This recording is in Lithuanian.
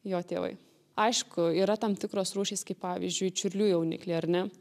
jo tėvai aišku yra tam tikros rūšys kaip pavyzdžiui čiurlių jaunikliai ar ne